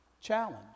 challenge